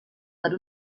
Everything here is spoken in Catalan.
per